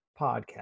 Podcast